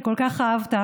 שכל כך אהבת,